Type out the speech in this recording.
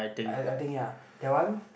I I think yeah that one